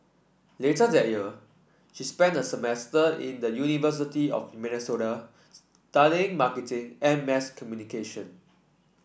later that year she spent a semester in the University of Minnesota studying marketing and mass communication